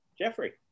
Jeffrey